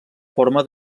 forma